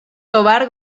tovar